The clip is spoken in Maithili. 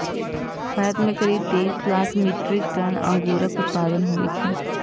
भारत मे करीब तेइस लाख मीट्रिक टन अंगूरक उत्पादन होइ छै